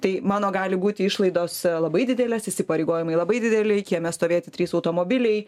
tai mano gali būti išlaidos labai didelės įsipareigojimai labai dideli kieme stovėti trys automobiliai